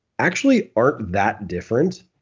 actually aren't that different.